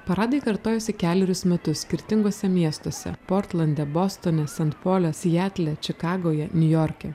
paradai kartojosi kelerius metus skirtinguose miestuose portlande bostone sant pole siatle čikagoje niujorke